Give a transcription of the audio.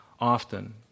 often